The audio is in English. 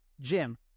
Jim